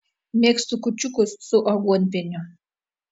mėgstu kūčiukus su aguonpieniu